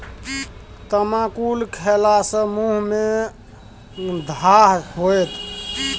तमाकुल खेला सँ मुँह मे घाह होएत